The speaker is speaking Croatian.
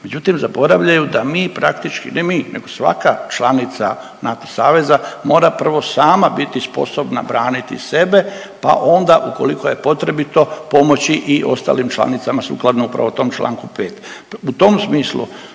Međutim, zaboravljaju da mi praktički, ne mi nego svaka članica NATO saveza mora prvo sama biti sposobna braniti sebe pa onda, ukoliko je potrebito, pomoći i ostalim članicama sukladno upravo tom čl. 5.